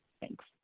Thanks